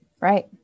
right